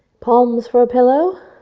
palms for a pillow.